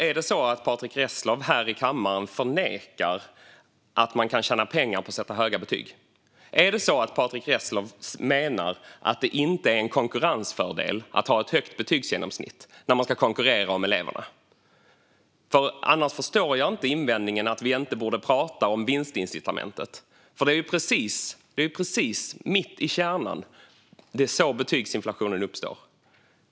Är det så att Patrick Reslow här i kammaren förnekar att man kan tjäna pengar på att sätta höga betyg? Är det så att Patrick Reslow menar att det inte är en konkurrensfördel att ha ett högt betygsgenomsnitt när man ska konkurrera om eleverna? Annars förstår jag inte invändningen att vi inte borde tala om vinstincitamentet. Det är precis mitt i kärnan. Det är så betygsinflationen uppstår.